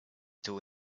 two